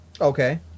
okay